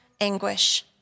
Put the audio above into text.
anguish